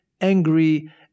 angry